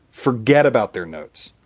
forget about their notes.